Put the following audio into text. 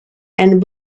and